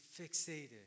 fixated